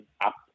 up